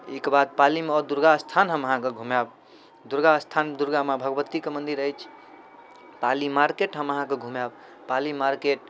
एकबार पालीमे आउ दुर्गा अस्थान हम अहाँके घुमाएब दुर्गा अस्थान दुर्गामाँ भगवतीके मन्दिर अछि पाली मार्केट हम अहाँके घुमाएब पाली मार्केट